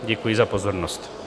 Děkuji za pozornost.